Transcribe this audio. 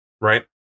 Right